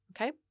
okay